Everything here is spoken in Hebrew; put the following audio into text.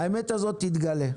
האמת הזאת תתגלה.